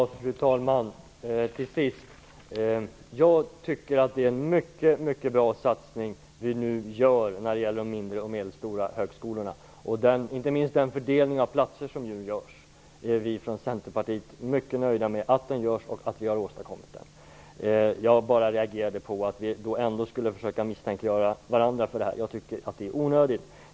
Fru talman! Jag tycker att det är en mycket bra satsning som vi nu gör när det gäller de mindre och medelstora högskolorna. Inte minst är vi från centerpartiet mycket nöjda med den fördelning av platser som nu görs och att vi har åstadkommit den. Jag reagerade bara på försöket att misstänkliggöra varandra, vilket jag tycker är onödigt.